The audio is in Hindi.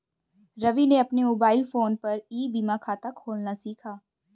रवि ने अपने मोबाइल फोन पर ई बीमा खाता खोलना सीखा